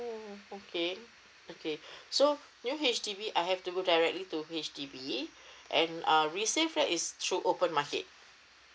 oh okay okay so new H_D_B I have to go directly to H_D_B and uh resales flat is through open market